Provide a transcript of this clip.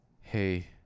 Hey